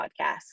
podcast